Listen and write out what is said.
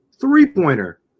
Three-pointer